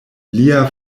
lia